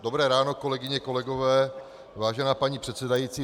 Dobré ráno, kolegyně, kolegové, vážená paní předsedající.